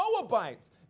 Moabites